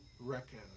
reckon